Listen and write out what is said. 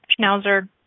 schnauzer